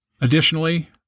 Additionally